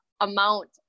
amount